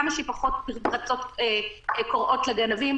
כמה שפחות פרצות שקוראות לגנבים,